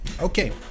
Okay